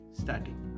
starting